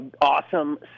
awesome